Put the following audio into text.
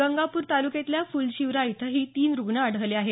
गंगापूर तालुक्यातल्या फुलशिवरा इथंही तीन रुग्ण आढळले आहेत